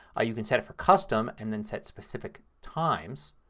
or you can set it for custom and then set specific times.